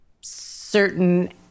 certain